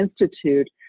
Institute